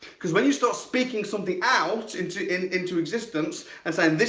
cause when you start speaking something out into and into existence and saying,